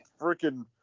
freaking